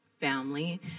family